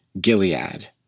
Gilead